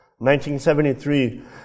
1973